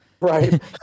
Right